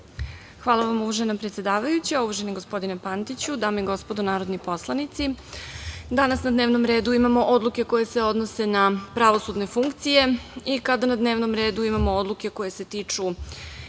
Hvala vam uvažena predsedavajuća. Uvaženi gospodine Pantiću, dame i gospodo narodni poslanici, danas na dnevnom redu imamo odluke koje se odnose na pravosudne funkcije i kada na dnevnom redu imamo odluke koje se tiču